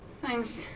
Thanks